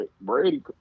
Brady